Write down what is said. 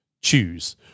choose